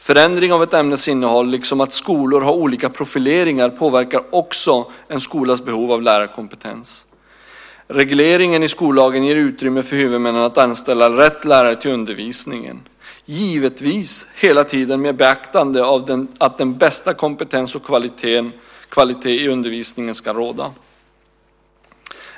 Förändring av ett ämnes innehåll, liksom att skolor har olika profileringar, påverkar också en skolas behov av lärarkompetens. Regleringen i skollagen ger utrymme för huvudmännen att anställa rätt lärare till undervisningen, givetvis hela tiden med beaktande av att den bästa kompetens och kvalitet i undervisningen ska råda.